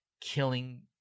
killing